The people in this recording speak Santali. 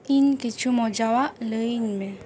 ᱤᱧ ᱠᱤᱪᱷᱩ ᱢᱚᱡᱟᱣᱟᱜ ᱞᱟᱹᱭᱟᱹᱧ ᱢᱮ